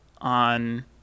on